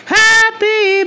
happy